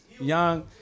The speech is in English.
young